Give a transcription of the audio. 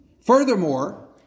Furthermore